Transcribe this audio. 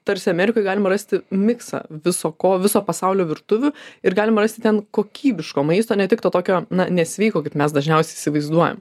tarsi amerikoj galima rasti miksą viso ko viso pasaulio virtuvių ir galima rasti ten kokybiško maisto ne tik to tokio nesveiko kaip mes dažniausiai įsivaizduojam